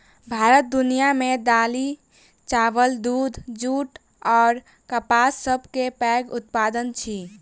भारत दुनिया मे दालि, चाबल, दूध, जूट अऔर कपासक सबसे पैघ उत्पादक अछि